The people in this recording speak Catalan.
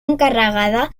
encarregada